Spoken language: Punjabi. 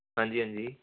ਹਾਂਜੀ ਹਾਂਜੀ